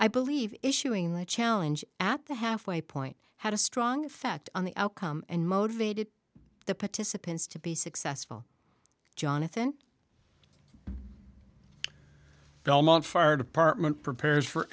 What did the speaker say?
i believe issuing the challenge at the halfway point had a strong fact on the outcome and motivated the participants to be successful jonathan belmont fire department prepares for